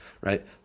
Right